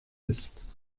ist